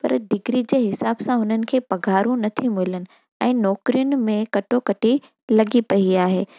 पर डिग्री जे हिसाब सां हुननि खे पघारूं नथी मिलनि ऐं नौकिरियुनि में कटो कटे लॻी पई आहे